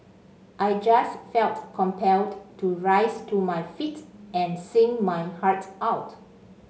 I just felt compelled to rise to my feet and sing my heart out